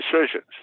decisions